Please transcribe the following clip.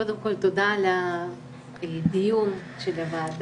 קודם כל תודה לדיון שבוועדה,